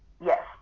Yes